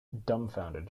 dumbfounded